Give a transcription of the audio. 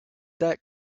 that